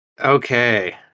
okay